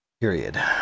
period